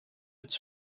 its